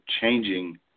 changing